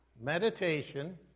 Meditation